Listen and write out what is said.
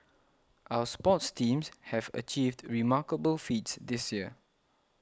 our sports teams have achieved remarkable feats this year